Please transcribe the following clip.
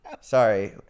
Sorry